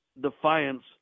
defiance